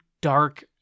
dark